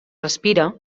respira